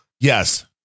yes